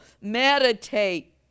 meditate